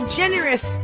generous